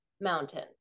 mountain